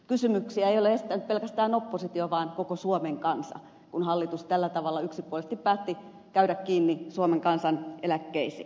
kysymyksiä ei ole esittänyt pelkästään oppositio vaan koko suomen kansa kun hallitus tällä tavalla yksipuolisesti päätti käydä kiinni suomen kansan eläkkeisiin